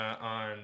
on